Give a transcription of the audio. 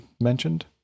mentioned